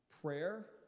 prayer